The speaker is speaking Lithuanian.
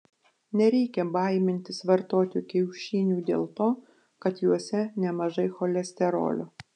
nereikia baimintis vartoti kiaušinių dėl to kad juose nemažai cholesterolio